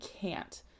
can't